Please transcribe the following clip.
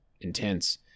intense